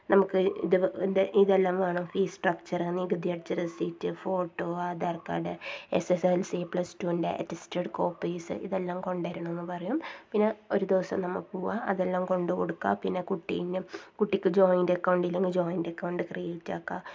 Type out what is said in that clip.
നമുക്ക് ഇതിൻ്റെ ഇതെല്ലം വേണം ഫീസ് സ്ട്രക്ച്ചറ് നികുതിയടച്ച receipt photo Aadhaar card S S L C plus ടുൻ്റെ അറ്റെസ്റ്റെഡ് കോപ്പീസ് ഇതെല്ലം കൊണ്ടു വരണമെന്നു പറയും പിന്നെ ഒരു ദിവസം നമ്മൾ പുവാ അതെല്ലാം കൊണ്ടു കൊടുക്കുക പിന്നെ കുട്ടി കുട്ടിക്ക് ജോയിൻ്റ് അല്ലെങ്കിൽ ജോയിൻ്റ് അക്കൗണ്ട് ക്രിയേറ്റ് ആക്കുക